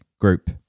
group